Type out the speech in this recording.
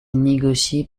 négocie